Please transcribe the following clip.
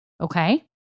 okay